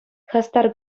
хастар